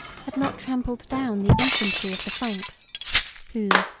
had not trampled down the infantry of the franks who,